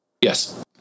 yes